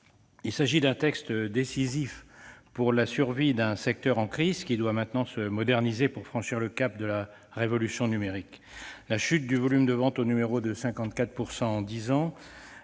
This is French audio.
présent texte est décisif pour la survie d'un secteur en crise, qui doit maintenant se moderniser pour franchir le cap de la révolution numérique. La chute du volume de vente au numéro de 54 % en dix ans,